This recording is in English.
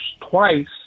twice